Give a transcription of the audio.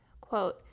quote